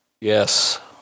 Yes